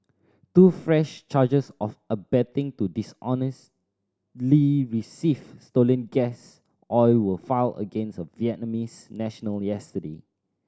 two fresh charges of abetting to dishonestly receive stolen gas oil were filed against a Vietnamese national yesterday